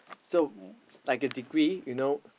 so like a degree you know